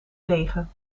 regen